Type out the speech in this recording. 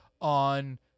on